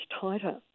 tighter